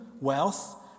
wealth